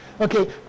Okay